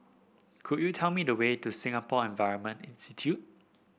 could you tell me the way to Singapore Environment Institute